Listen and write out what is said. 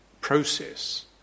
process